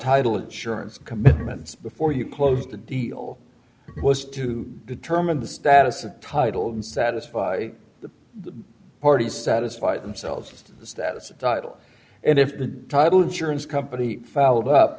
title insurance commitments before you closed the deal was to determine the status of title and satisfy the parties satisfy themselves as to the status of title and if the title insurance company fouled up